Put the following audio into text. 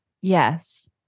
yes